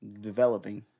developing